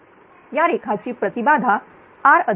या रेखा ची प्रति बाधा rjx